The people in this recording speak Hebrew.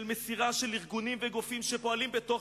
של מסירה של ארגונים וגופים שפועלים בתוך